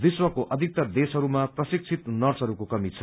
विश्वको अधिक्तर देशहरूमा प्रशिक्षित नर्सहरूको कमी छ